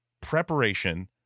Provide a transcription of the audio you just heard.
preparation